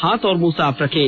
हाथ और मुंह साफ रखें